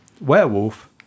Werewolf